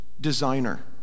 Designer